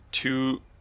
Two